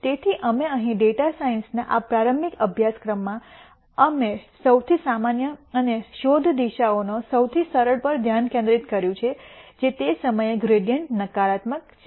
તેથી અમે અહીં ડેટા સાયન્સ ના આ પ્રારંભિક અભ્યાસક્રમમાં અમે સૌથી સામાન્ય અને શોધ દિશાઓના સૌથી સરળ પર ધ્યાન કેન્દ્રિત કર્યું છે જે તે સમયે ગ્રૈડીઅન્ટ નકારાત્મક છે